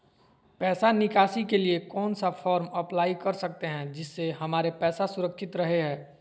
पैसा निकासी के लिए कौन सा फॉर्म अप्लाई कर सकते हैं जिससे हमारे पैसा सुरक्षित रहे हैं?